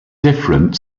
different